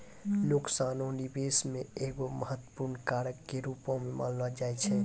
नुकसानो निबेश मे एगो महत्वपूर्ण कारक के रूपो मानलो जाय छै